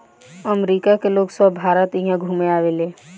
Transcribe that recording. अमरिका के लोग सभ भारत इहा घुमे आवेले